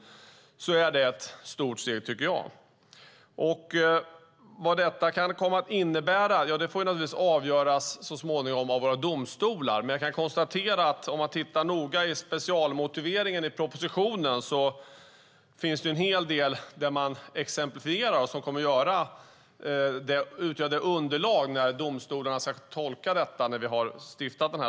Det är ett stort steg. Vad detta kan komma att innebära får så småningom avgöras av våra domstolar. Men om vi tittar noga i specialmotiveringen i propositionen finns en del exempel, och de kommer att utgöra ett underlag när domstolarna ska tolka denna lagändring.